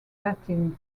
baptism